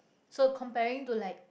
so comparing to like